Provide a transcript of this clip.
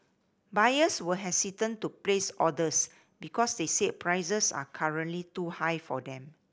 buyers were hesitant to place orders because they said prices are currently too high for them